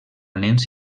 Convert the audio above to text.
nens